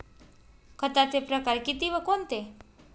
खताचे प्रकार किती व कोणते?